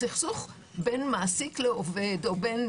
סכסוך בין מעסיק לעובד או בין